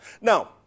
Now